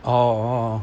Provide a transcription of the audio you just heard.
orh orh